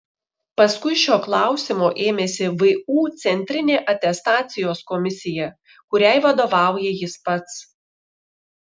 paskui šio klausimo ėmėsi vu centrinė atestacijos komisija kuriai vadovauja jis pats